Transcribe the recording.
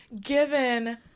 given